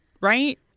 Right